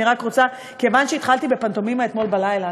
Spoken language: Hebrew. כיוון שהתחלתי בפנטומימה אתמול בלילה,